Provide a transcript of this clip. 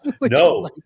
No